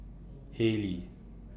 Haylee